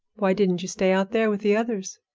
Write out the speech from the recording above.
why didn't you stay out there with the others?